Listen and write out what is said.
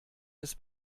des